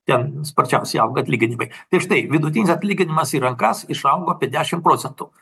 ten sparčiausiai auga atlyginimai tai štai vidutinis atlyginimas į rankas išaugo apie dešimt procentų